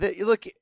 look